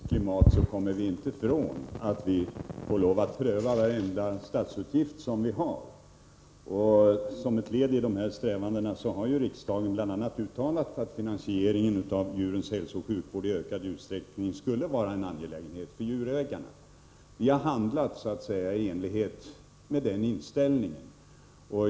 Herr talman! I ett kärvt ekonomiskt klimat kommer vi inte från att vi får lov att pröva varenda statsutgift som vi har. Som ett led i dessa strävanden har riksdagen bl.a. uttalat att finansieringen av djurens hälsooch sjukvård i ökad utsträckning skall bli en angelägenhet för djurägarna. Vi har också 135 handlat i enlighet med denna inställnig.